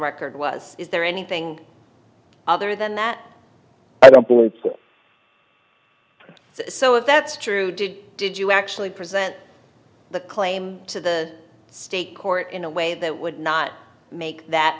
record was is there anything other than that i don't believe so if that's true did did you actually present the claim to the state court in a way that would not make that